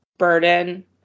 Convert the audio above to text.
burden